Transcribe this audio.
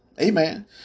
Amen